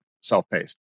self-paced